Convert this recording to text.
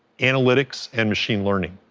analytics, and machine learning.